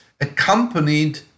accompanied